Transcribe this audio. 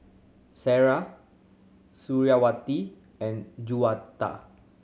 Sarah Suriawati and Juwita